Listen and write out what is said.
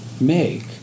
make